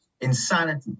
insanity